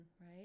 right